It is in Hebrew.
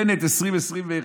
בנט 2021: